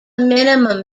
minimum